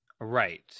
Right